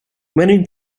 many